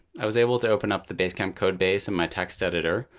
i was able to open up the basecamp code base in my text editor,